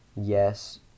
Yes